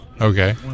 Okay